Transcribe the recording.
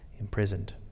imprisoned